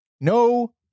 No